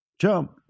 Jump